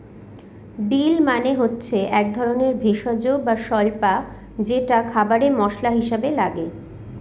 deal মানে হচ্ছে এক ধরনের ভেষজ বা স্বল্পা যেটা খাবারে মশলা হিসাবে লাগে